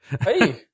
Hey